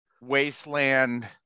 Wasteland